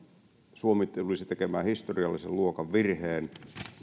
suomi tulisi tekemään historiallisen luokan virheen